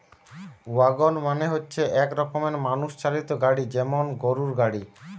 wagon মানে হচ্ছে এক রকমের মানুষ চালিত গাড়ি যেমন গরুর গাড়ি